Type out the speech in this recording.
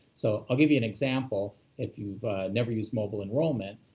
so i'll give you an example if you've never used mobile enrollment,